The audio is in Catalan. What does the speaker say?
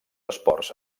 esports